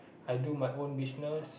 I do my own business